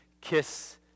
kiss